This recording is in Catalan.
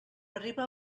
arriba